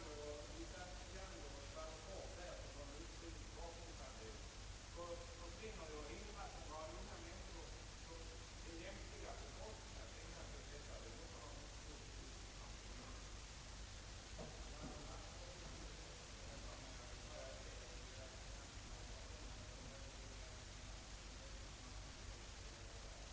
Det är med anledning därav som jag inte har kunnat underlåta att ta till orda.